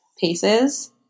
paces